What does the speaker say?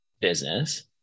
business